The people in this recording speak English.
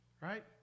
right